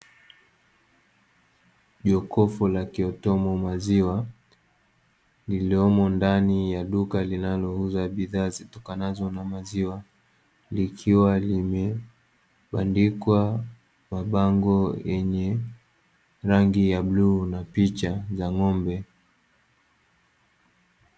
Jokofu la kiotomo maziwa lililomo ndani ya duka linalouuza bidhaa zitokanazo na maziwa likiwa limebandikwa mabango yenye rangi ya bluu na picha ya ng'ombe.